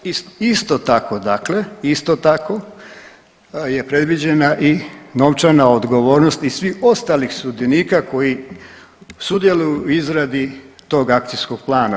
Isto tako dakle, isto tako je predviđena i novčana odgovornost i svih ostalih sudionika koji sudjeluju u izradi tog akcijskog plana.